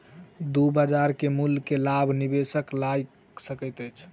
दू बजार के मूल्य के लाभ निवेशक लय सकैत अछि